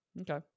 Okay